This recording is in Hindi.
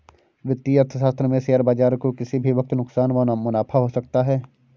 वित्तीय अर्थशास्त्र में शेयर बाजार को किसी भी वक्त नुकसान व मुनाफ़ा हो सकता है